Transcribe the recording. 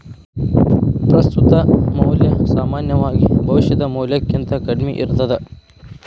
ಪ್ರಸ್ತುತ ಮೌಲ್ಯ ಸಾಮಾನ್ಯವಾಗಿ ಭವಿಷ್ಯದ ಮೌಲ್ಯಕ್ಕಿಂತ ಕಡ್ಮಿ ಇರ್ತದ